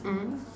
mmhmm